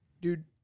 dude